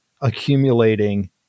accumulating